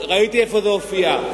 ראיתי איפה זה הופיע.